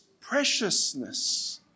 preciousness